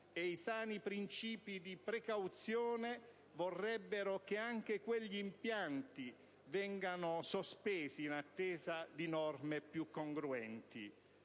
I sani principi di precauzione vorrebbero che anche quegli impianti vengano sospesi in attesa di norme più congruenti,